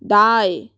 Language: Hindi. दाएँ